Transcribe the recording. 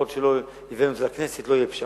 כל עוד לא הבאנו את זה לכנסת לא תהיה פשרה.